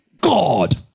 God